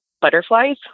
butterflies